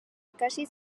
ikasi